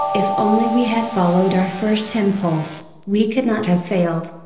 if only we had followed our first impulse, we could not have failed.